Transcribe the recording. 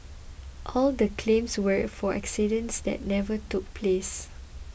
all the claims were for accidents that never took place